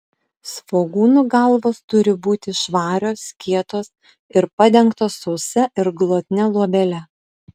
svogūnų galvos turi būti švarios kietos ir padengtos sausa ir glotnia luobele